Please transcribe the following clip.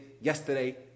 yesterday